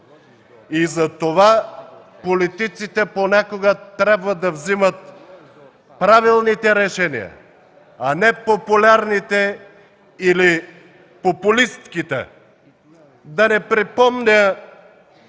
– затова политиците понякога трябва да вземат правилните решения, а не популярните или популистките! Да Ви припомня